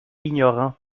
ignorant